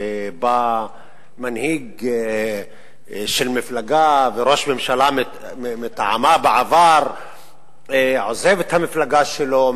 ובה מנהיג של מפלגה וראש ממשלה מטעמה בעבר עוזב את המפלגה שלו,